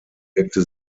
wirkte